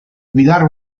guidare